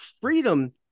freedom